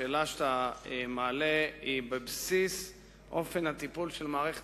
השאלה שאתה מעלה היא בבסיס אופן הטיפול של מערכת